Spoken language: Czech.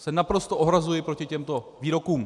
To se naprosto ohrazuji proti těmto výrokům.